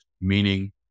Meaning